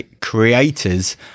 creators